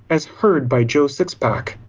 as heard by joe sixpack.